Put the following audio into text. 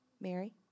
Mary